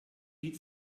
lied